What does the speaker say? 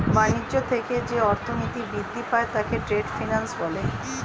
বাণিজ্য থেকে যে অর্থনীতি বৃদ্ধি পায় তাকে ট্রেড ফিন্যান্স বলে